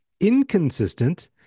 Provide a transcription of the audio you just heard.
inconsistent